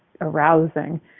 arousing